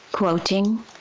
Quoting